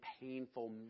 painful